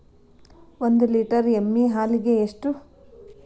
ಒಂದು ಲೇಟರ್ ಎಮ್ಮಿ ಹಾಲಿಗೆ ಎಷ್ಟು?